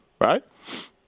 Right